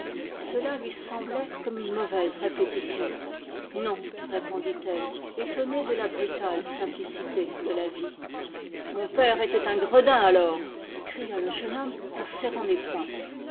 gela lui semblait comme une mauvaise répétition non répondit-elle étonnée de la brutale simplicité de la vie mon père était un gredin alors cria le jeune homme en serrant les poings